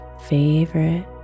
favorite